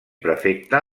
prefecte